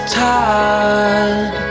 tired